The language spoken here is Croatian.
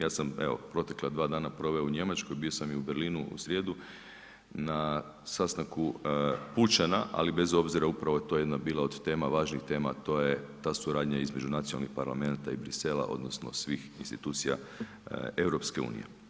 Ja sam protekla dva dana proveo u Njemačkoj, bio sam u Berlinu u srijedu na sastanku Pučana, ali bez obzira upravo je to bila jedna od važnih tema, a to je ta suradnja između nacionalnih parlamenata i Bruxellesa odnosno svih institucija EU.